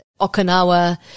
Okinawa